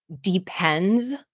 depends